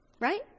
right